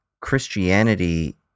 Christianity